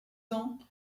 ans